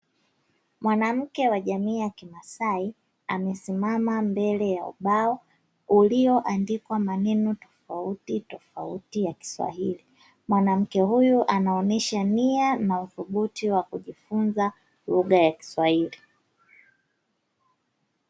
Mwanamke wa jamii ya kimasai amesimama mbele ya ubao, ulioandikwa maneno tofautitofauti ya kiswahili. Mwanamke huyu anaonesha nia na uthubutu wa kujifunza lugha ya Kiswahili.